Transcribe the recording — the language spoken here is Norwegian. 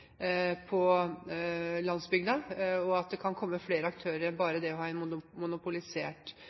på landsbygda, og det kan komme flere aktører enn bare